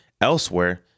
elsewhere